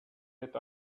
yet